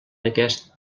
aquest